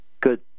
good